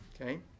Okay